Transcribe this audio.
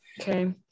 okay